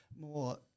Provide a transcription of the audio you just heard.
more